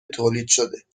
تولیدشده